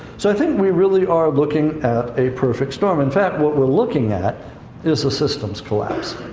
so, i think we really are looking at a perfect storm. in fact, what we're looking at is a systems collapse.